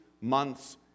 months